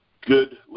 good